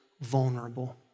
vulnerable